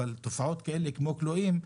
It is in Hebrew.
אבל תופעות כאלה כמו כלואים,